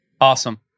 Awesome